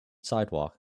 sidewalk